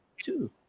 two